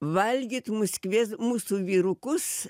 valgyt mus kvies mūsų vyrukus